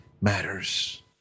matters